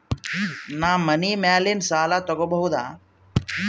ನಾ ಮನಿ ಮ್ಯಾಲಿನ ಸಾಲ ತಗೋಬಹುದಾ?